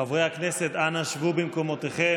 חברי הכנסת, אנא שבו במקומותיכם.